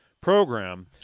program